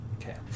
okay